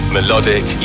Melodic